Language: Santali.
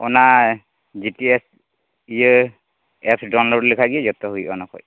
ᱚᱱᱟ ᱡᱤ ᱯᱤ ᱮᱥ ᱤᱭᱟᱹ ᱮᱯᱥ ᱰᱟᱣᱩᱱᱞᱳᱰ ᱞᱮᱠᱷᱟᱱ ᱜᱮ ᱡᱚᱛᱚ ᱦᱩᱭᱩᱜᱼᱟ ᱚᱱᱟ ᱠᱷᱚᱱ